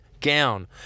gown